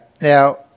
Now